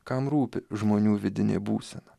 kam rūpi žmonių vidinė būsena